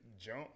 jump